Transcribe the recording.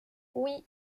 oui